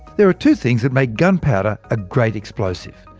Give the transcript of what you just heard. there are two things that make gunpowder a great explosive.